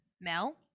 Mel